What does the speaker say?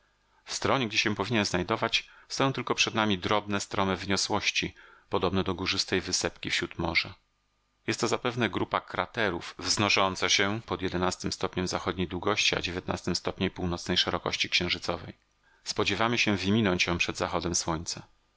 w stronie gdzie się powinien znajdować stoją tylko przed nami drobne strome wyniosłości podobne do górzystej wysepki wśród morza jest to zapewne grupa kraterów wznosząca się pod jedenasty stopni zachodniej gościa stopni północnej szerokości księżycowej spodziewamy się wyminąć ją przed zachodem słońca